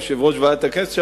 יושב-ראש ועדת הכנסת לשעבר,